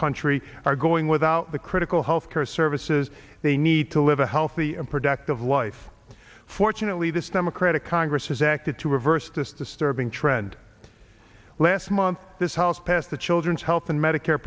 country are going without the critical health care services they need to live a healthy and productive life fortunately this democratic congress has acted to reverse this disturbing trend last month this house passed the children's health and medicare